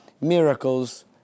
miracles